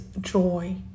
joy